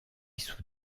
sous